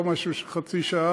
לא משהו של חצי שעה,